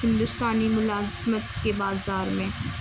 ہندوستانی ملازمت کے بازار میں